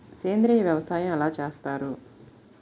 సేంద్రీయ వ్యవసాయం ఎలా చేస్తారు?